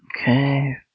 Okay